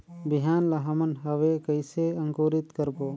बिहान ला हमन हवे कइसे अंकुरित करबो?